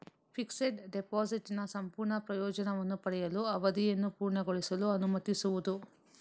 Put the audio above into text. fixed ಡೆಪಾಸಿಟಿನ ಸಂಪೂರ್ಣ ಪ್ರಯೋಜನವನ್ನು ಪಡೆಯಲು, ಅವಧಿಯನ್ನು ಪೂರ್ಣಗೊಳಿಸಲು ಅನುಮತಿಸುವುದು